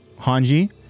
Hanji